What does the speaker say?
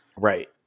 Right